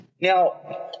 Now